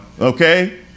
Okay